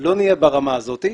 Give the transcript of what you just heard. ברמה הזאת.